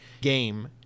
game